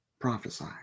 prophesy